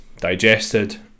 digested